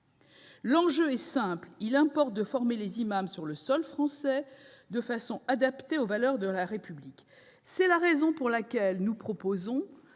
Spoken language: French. L'enjeu est simple : il importe de former les imams sur le sol français et de façon adaptée aux valeurs de la République. » C'est la raison pour laquelle nous proposons